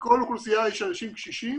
בכל אוכלוסייה יש אנשים קשישים